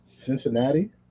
Cincinnati